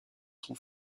sont